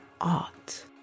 art